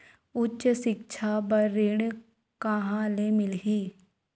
उच्च सिक्छा बर ऋण कहां ले मिलही?